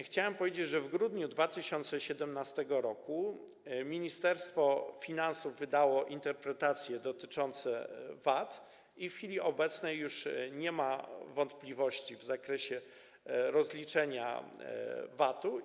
Chciałem powiedzieć, że w grudniu 2017 r. Ministerstwo Finansów wydało interpretacje dotyczące VAT i w chwili obecnej już nie ma wątpliwości w zakresie rozliczenia VAT-u.